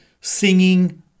singing